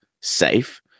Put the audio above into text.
safe